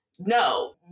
No